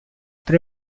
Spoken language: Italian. tre